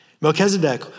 Melchizedek